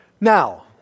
Now